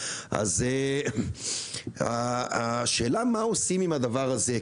אז השאלה מה עושים עם הדבר הזה?